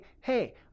Hey